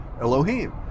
Elohim